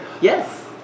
Yes